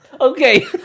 Okay